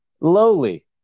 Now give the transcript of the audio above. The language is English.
lowly